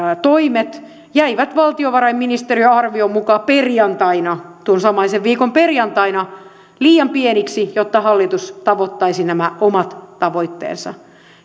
toimet jäivät valtiovarainministeriön arvion mukaan perjantaina tuon samaisen viikon perjantaina liian pieniksi jotta hallitus tavoittaisi nämä omat tavoitteensa